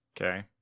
okay